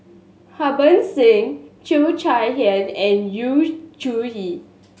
Harbans Singh Cheo Chai Hiang and Yu Zhuye